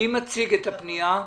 מי מציג את הפנייה?